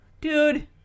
dude